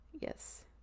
Yes